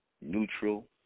Neutral